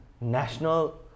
National